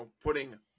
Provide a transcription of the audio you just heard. putting